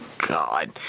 God